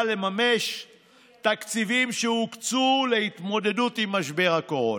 לממש תקציבים שהוקצו להתמודדות עם משבר הקורונה.